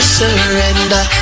surrender